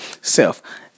Self